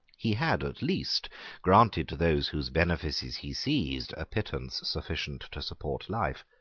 he had at least granted to those whose benefices he seized a pittance sufficient to support life.